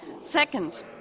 Second